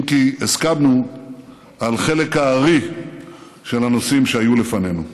אם כי הסכמנו על חלק הארי של הנושאים שהיו לפנינו.